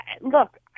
look